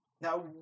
Now